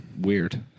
weird